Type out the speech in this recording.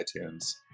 iTunes